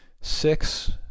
six